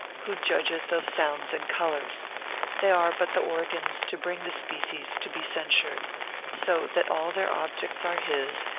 who judgeth of sounds and colours they are but the organs to bring the species to be censured so that all their objects are his,